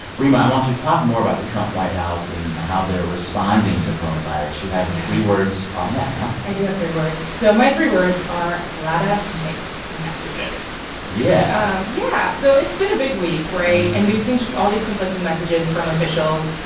reema, i want you to talk more about the trump white house and how they're responding to coronavirus. you have three words on that i do have three words. so my three words are lotta mixed messages yeah um yeah. so it's been a big week, right? and we've seen just all these conflicting messages from officials.